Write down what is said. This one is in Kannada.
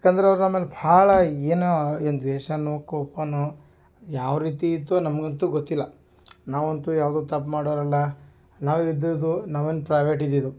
ಯಾಕಂದ್ರೆ ಅವ್ರು ನಮ್ಮನ್ನ ಭಾಳ ಏನು ಏನು ದ್ವೇಷನೋ ಕೋಪನೋ ಯಾವ ರೀತಿ ಇತ್ತೋ ನಮಗಂತು ಗೊತ್ತಿಲ್ಲ ನಾವಂತು ಯಾವುದು ತಪ್ಮಾಡೋರಲ್ಲ ನಾವಿದಿದ್ದು ನಾವೇನು ಪ್ರೈವೇಟ್ ಇದ್ದಿದು